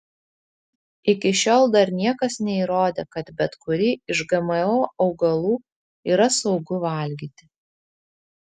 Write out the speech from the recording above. iki šiol dar niekas neįrodė kad bet kurį iš gmo augalų yra saugu valgyti